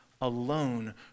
alone